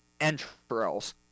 entrails